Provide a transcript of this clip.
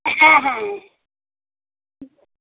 হ্যাঁ হ্যাঁ